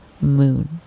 moon